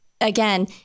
Again